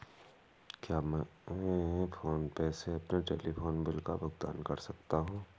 क्या मैं PhonePe से अपने टेलीफोन बिल का भुगतान कर सकता हूँ?